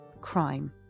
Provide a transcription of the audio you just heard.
crime